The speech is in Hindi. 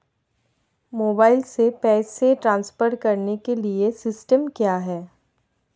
मोबाइल से पैसे ट्रांसफर करने के लिए सिस्टम क्या है?